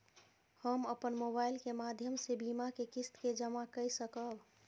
हम अपन मोबाइल के माध्यम से बीमा के किस्त के जमा कै सकब?